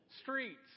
streets